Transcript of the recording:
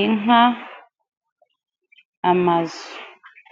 inka, amazu.